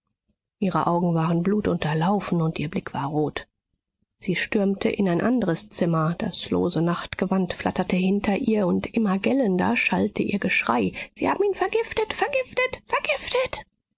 ihre augen waren blutunterlaufen und ihr blick war rot sie stürmte in ein andres zimmer das lose nachtgewand flatterte hinter ihr und immer gellender schallte ihr geschrei sie haben ihn vergiftet vergiftet vergiftet